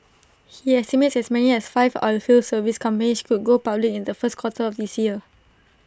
he estimates as many as five oilfield service companies could go public in the first quarter of this year